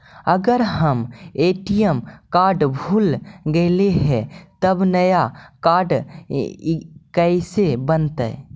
अगर हमर ATM card भुला गैलै हे तब नया काड कइसे बनतै?